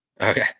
Okay